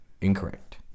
Incorrect